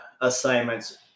assignments